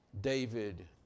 David